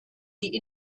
diese